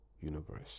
universe